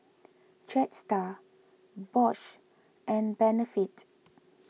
Jetstar Bosch and Benefit